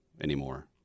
anymore